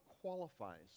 qualifies